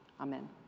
amen